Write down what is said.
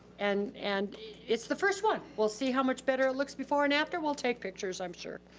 and and it's the first one. we'll see how much better it looks before and after. we'll take pictures, i'm sure.